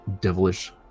devilish